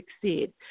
succeed